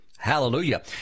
hallelujah